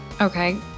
Okay